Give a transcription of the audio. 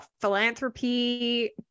philanthropy